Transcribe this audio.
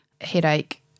Headache